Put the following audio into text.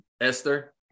Esther